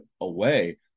away